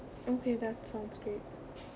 okay that sounds great